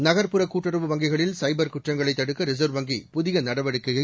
நகர்புற கூட்டுறவு வங்கிகளில் சைபர் குற்றங்களைத் தடுக்க ரிசர்வ் வங்கி புதிய நடவடிக்கையை